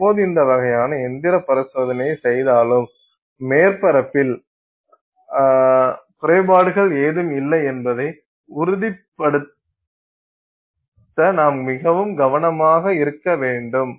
நாம் எப்போது இந்த வகையான இயந்திர பரிசோதனையைச் செய்தாலும் மேற்பரப்பில் குறைபாடுகள் ஏதும் இல்லை என்பதை உறுதிப்படுத்த நாம் மிகவும் கவனமாக இருக்க வேண்டும்